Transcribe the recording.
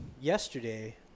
yesterday